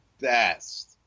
best